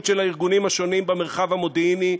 של הארגונים השונים במרחב המודיעיני,